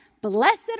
blessed